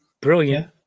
brilliant